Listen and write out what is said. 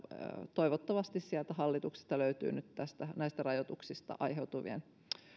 toivottavasti sieltä hallitukselta löytyy nyt näistä rajoituksista aiheutuvien